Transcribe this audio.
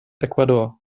ecuador